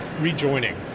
Rejoining